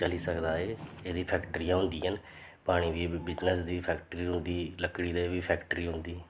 चली सकदा ऐ एह्दे च फैक्टरियां होंन्दियां न पानी दी बिजनस दी फैक्टरी होंदी लक्कड़ी दे बी फैक्टरी होंदी